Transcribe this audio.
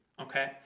okay